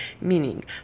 Meaning